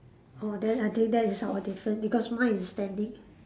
oh then I think that is our different because mine is standing